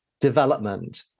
development